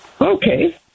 Okay